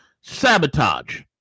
sabotage